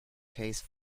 case